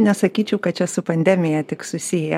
nesakyčiau kad čia su pandemija tik susiję